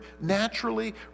naturally